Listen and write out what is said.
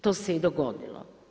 To se i dogodilo.